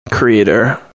creator